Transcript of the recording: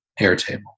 Airtable